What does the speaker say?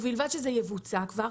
ובלבד שזה יבוצע כבר.